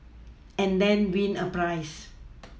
and then win a prize